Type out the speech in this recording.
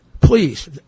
please